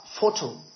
photo